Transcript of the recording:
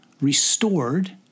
restored